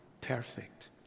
perfect